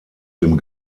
dem